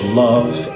love